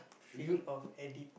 feel of addi~